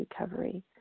recovery